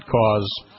cause